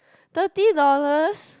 thirty dollars